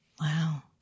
Wow